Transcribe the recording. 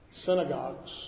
synagogues